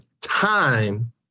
time